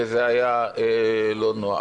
וזה היה לא נוח.